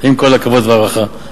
עם כל הכבוד וההערכה,